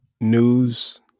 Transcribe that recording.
news